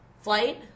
Flight